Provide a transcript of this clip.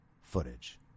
footage